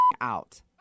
out